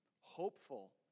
hopeful